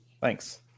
Thanks